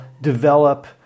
develop